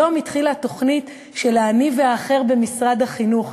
היום התחילה התוכנית "האחר הוא אני" במשרד החינוך.